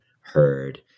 heard